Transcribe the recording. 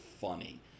funny